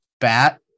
bat